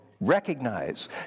recognize